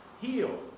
heal